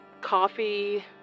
Coffee